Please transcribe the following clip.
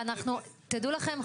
תדעו לכם,